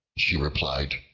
she replied,